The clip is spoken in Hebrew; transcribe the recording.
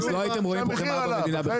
לא הייתם רואים פה חמאה במדינה בכלל.